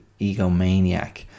egomaniac